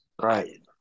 right